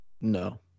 No